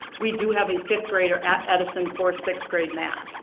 we do have a fifth-grader at edison for sixth grade math.